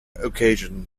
occasion